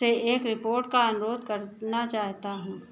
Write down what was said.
से एक रिपोर्ट का अनुरोध करना चाहता हूँ